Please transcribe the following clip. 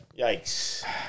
Yikes